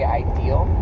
ideal